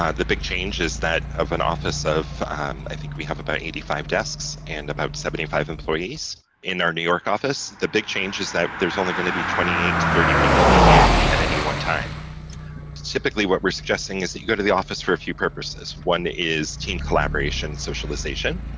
ah the big change is that of an office. and i think we have about eighty five desks and about seventy five employees in our new york office. the big change is that there's only going to be twenty eight to thirty people in at any one time. that's typically what we're suggesting, is that you go to the office for a few purposes. one, that is ten, collaboration, socialization.